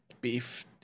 beef